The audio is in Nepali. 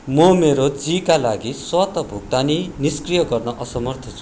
म मेरो जीका लागि स्वत भुक्तानी निष्क्रिय गर्न असमर्थ छु